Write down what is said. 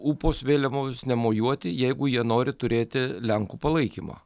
upos vėliavomis nemojuoti jeigu jie nori turėti lenkų palaikymą